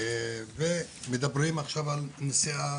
ומדברים עכשיו על נסיעה,